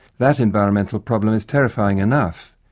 that environmental problem is terrifying enough,